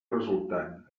resultant